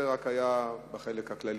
זה היה רק בחלק הכללי.